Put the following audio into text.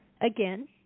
again